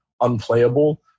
unplayable